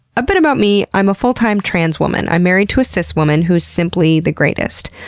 a bit about me i'm a full-time trans woman. i'm married to a cis woman who's simply the greatest.